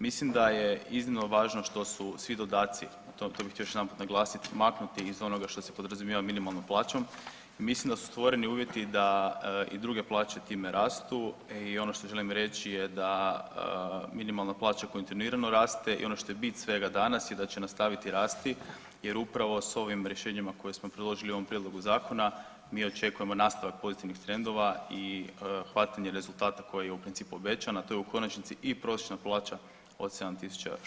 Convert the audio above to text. Mislim da je iznimno važno što su svi dodaci, to bih htio još jedanput naglasiti, maknuti iz onoga što se podrazumijeva minimalnom plaćom i mislim da su stvoreni uvjeti da i druge plaće time rastu i ono što želim reći je da minimalna plaća kontinuirano raste i ono što je bit svega danas je da će nastaviti rasti jer upravo s ovim rješenjima koje smo priložili ovom prijedlogu zakona mi očekujemo nastavak pozitivnih trendova i hvatanje rezultata koji je u principu obećan, a to je u konačnici i prosječna plaća od 7.600